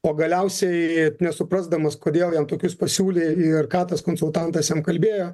o galiausiai nesuprasdamas kodėl jam tokius pasiūlė ir ką tas konsultantas jam kalbėjo